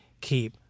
keep